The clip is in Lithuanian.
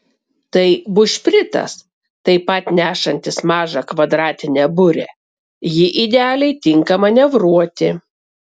tai bušpritas taip pat nešantis mažą kvadratinę burę ji idealiai tinka manevruoti